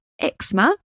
eczema